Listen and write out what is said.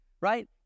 right